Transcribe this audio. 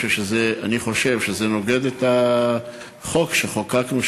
אני חושב שזה נוגד את החוק שחוקקנו,